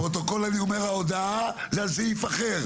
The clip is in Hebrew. לפרוטוקול אני אומר, ההודעה, זה על סעיף אחר.